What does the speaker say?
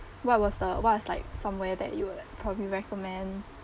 what was the what is like somewhere that you would probably recommend